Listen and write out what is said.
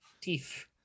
Teeth